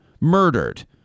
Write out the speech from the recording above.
murdered